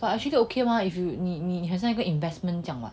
but actually okay mah if you 你你好像一个 investment 这样 what